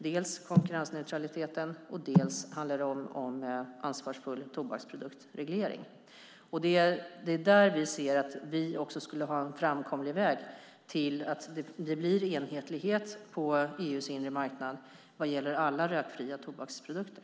Dels har vi konkurrensneutraliteten, dels handlar det om en ansvarsfull tobaksproduktsreglering. Det är där vi ser att vi skulle kunna ha en framkomlig väg till enhetlighet på EU:s inre marknad vad gäller alla rökfria tobaksprodukter.